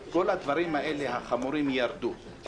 כשאתה מסתיר את הדברים האלה, זה לא